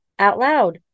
OUTLOUD